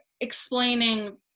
explaining